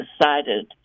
decided